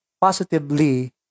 positively